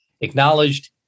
acknowledged